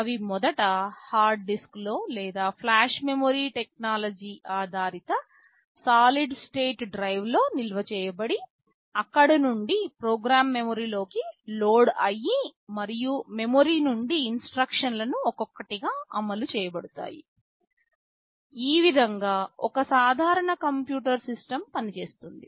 అవి మొదట హార్డ్ డిస్క్లో లేదా ఫ్లాష్ మెమరీ టెక్నాలజీ ఆధారిత సాలిడ్ స్టేట్ డ్రైవ్లో నిల్వ చేయబడి అక్కడ నుండి ప్రోగ్రామ్ మెమరీలోకి లోడ్ అయ్యి మరియు మెమరీ నుండి ఇన్స్ట్రక్షన్ లు ఒక్కొక్కటిగా అమలు చేయబడుతాయి ఈ విధంగా ఒక సాధారణ కంప్యూటర్ సిస్టమ్ పనిచేస్తుంది